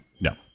No